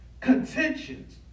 contentions